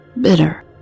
bitter